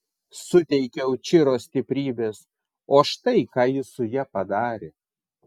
suteikiau čiro stiprybės o štai ką ji su ja padarė